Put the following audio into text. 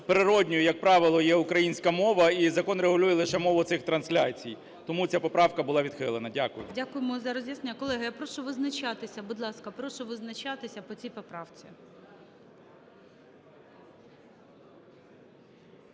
природною, як правило, є українська мова і закон регулює лише мову цих трансляцій. Тому ця поправка була відхилена. Дякую. ГОЛОВУЮЧИЙ. Дякуємо за роз'яснення. Колеги, я прошу визначатися. Будь ласка, прошу визначатися по цій поправці.